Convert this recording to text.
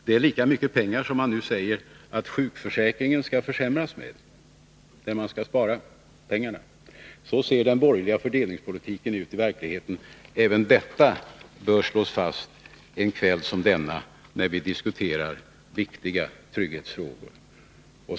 Det är lika mycket pengar som man nu säger att sjukförsäkringen i besparingssyfte skall försämras med. Så ser den borgerliga fördelningspolitiken ut i verkligheten. Även detta bör slås fast en kväll som denna när vi diskuterar viktiga trygghetsfrågor.